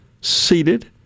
seated